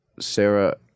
Sarah